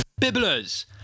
Bibblers